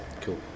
Cool